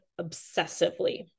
obsessively